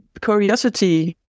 curiosity